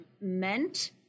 meant